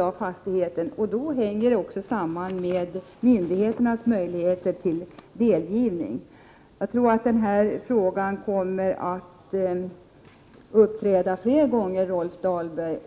av fastigheten. Det hänger samman med myndigheternas möjligheter till delgivning. Jag tror att denna fråga kommer att uppträda fler gånger, Rolf Dahlberg.